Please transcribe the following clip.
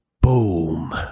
boom